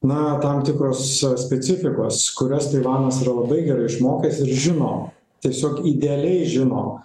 na tam tikros specifikos kurias taivanas yra labai gerai išmokęs ir žino tiesiog idealiai žino